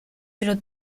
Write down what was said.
pero